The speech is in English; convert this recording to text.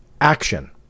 action